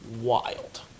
wild